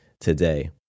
today